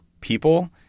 people